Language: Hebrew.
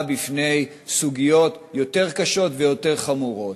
בפני סוגיות יותר קשות ויותר חמורות.